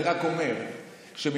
אני רק אומר שמבחינה,